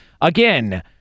Again